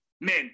Men